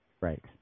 Right